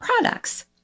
products